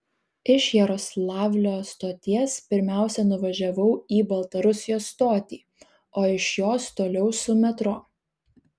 iš jaroslavlio stoties pirmiausia nuvažiavau į baltarusijos stotį o iš jos toliau su metro